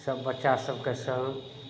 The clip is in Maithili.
सभ बच्चा सभके सङ्ग